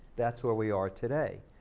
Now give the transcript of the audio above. that's where we are today.